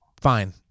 Fine